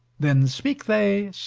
then speak they,